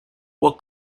will